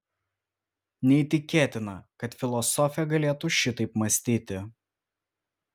neįtikėtina kad filosofė galėtų šitaip mąstyti